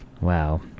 Wow